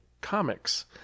Comics